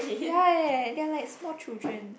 ya eh they are like small children